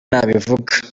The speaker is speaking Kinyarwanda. nabivuga